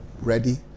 ready